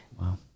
Wow